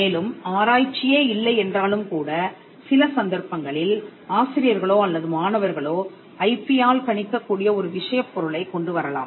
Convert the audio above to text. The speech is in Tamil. மேலும் ஆராய்ச்சியே இல்லை என்றாலும் கூட சில சந்தர்ப்பங்களில் ஆசிரியர்களோ அல்லது மாணவர்களோ ஐபி யால் கணிக்கக் கூடிய ஒரு விஷயப் பொருளைக் கொண்டு வரலாம்